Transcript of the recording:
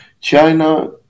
China